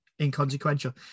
inconsequential